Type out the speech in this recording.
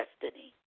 destiny